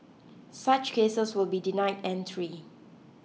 such cases will be denied entry